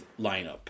lineup